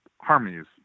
harmonies